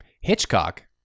Hitchcock